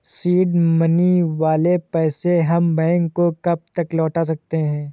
Seed money वाले पैसे हम बैंक को कब तक लौटा सकते हैं?